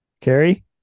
Carrie